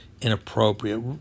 inappropriate